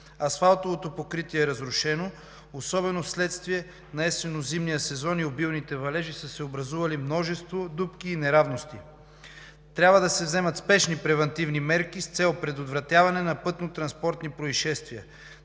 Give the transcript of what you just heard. асфалтовото покритие е разрушено, особено вследствие на есенно-зимния сезон и обилните валежи, и са се образували множество дупки и неравности. Трябва да се вземат спешни превантивни мерки с цел предотвратяване на пътнотранспортни произшествия.